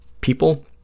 people